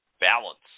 Balance